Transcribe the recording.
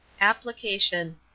Application